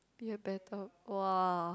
you are better !wah!